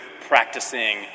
practicing